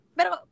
Pero